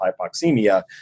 hypoxemia